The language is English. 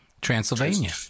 Transylvania